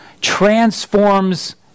transforms